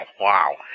Wow